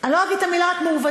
אני לא אגיד את המילה מעוותים,